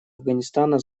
афганистана